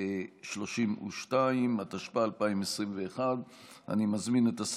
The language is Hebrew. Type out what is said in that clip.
224 והוראת